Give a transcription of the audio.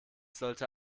sollte